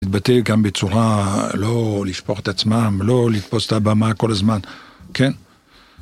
להתבטא גם בצורה לא לשפוך את עצמם, לא לתפוס את הבמה כל הזמן, כן?